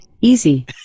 easy